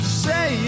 say